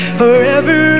forever